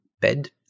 bed